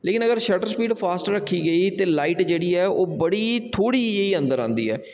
लेकिन अगर shutter speed fast रक्खी गेई लेकिन ते लाईट जेह्ड़ी ऐ ओह् बड़ी थोह्ड़ी जेही अंदर आंदी ऐ